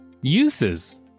Uses